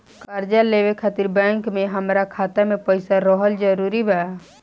कर्जा लेवे खातिर बैंक मे हमरा खाता मे पईसा रहल जरूरी बा?